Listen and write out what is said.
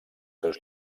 seus